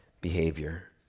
behavior